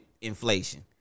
inflation